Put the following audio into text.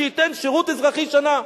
שייתן שירות אזרחי שנה,